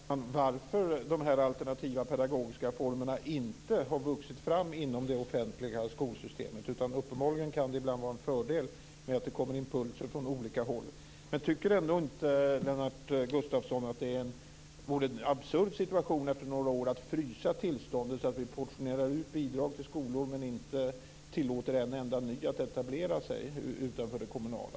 Herr talman! Det är också intressant att diskutera varför de alternativa pedagogiska formerna inte har vuxit fram inom det offentliga skolsystemet. Uppenbarligen kan det ibland vara en fördel att det kommer impulser från olika håll. Tycker ändå inte Lennart Gustavsson att det vore en absurd situation att efter några år frysa tillståndet, så att vi portionerar ut bidrag till skolor men inte tillåter en enda ny att etablera sig vid sidan av de kommunala?